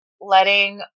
letting